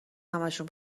همشون